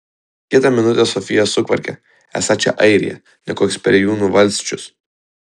kitą minutę sofija sukvarkia esą čia airija ne koks perėjūnų valsčius